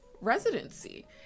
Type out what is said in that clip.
residency